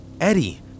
Eddie